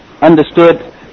understood